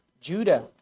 Judah